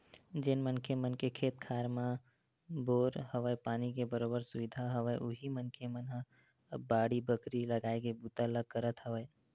जेन मनखे मन के खेत खार मन म बोर हवय, पानी के बरोबर सुबिधा हवय उही मनखे मन ह अब बाड़ी बखरी लगाए के बूता ल करत हवय